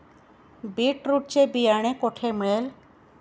Beetroot चे बियाणे कोठे मिळेल?